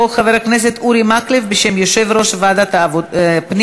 כהצעת הוועדה, נתקבל.